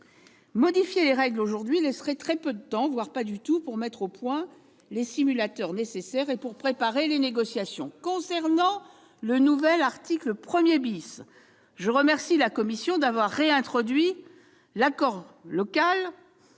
Modifier les règles aujourd'hui laisserait très peu de temps, voire pas du tout, pour mettre au point les simulateurs nécessaires et préparer les négociations. Concernant le nouvel article 1 , je remercie la commission d'avoir réintroduit l'accord local